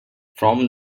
from